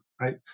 right